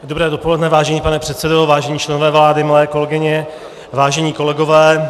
Dobré dopoledne, vážený pane předsedo, vážení členové vlády, milé kolegyně a vážení kolegové.